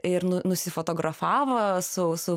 ir nu nusifotografavo su su